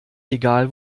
egal